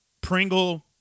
Pringle